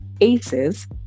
Aces